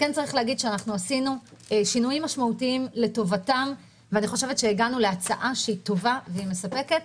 עשינו שינויים משמעותיים לטובתם והגענו להצעה טובה ומספקת,